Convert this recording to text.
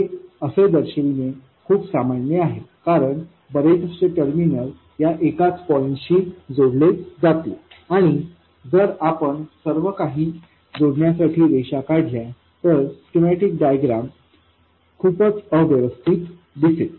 हे असे दर्शविणे खूप सामान्य आहे कारण बरेचसे टर्मिनल या एकाच पॉईंटशी जोडले जातील आणि जर आपण सर्व काही जोडण्यासाठी रेषा काढल्या तर स्कीमॅटिक डायग्राम खूपच अव्यवस्थित दिसेल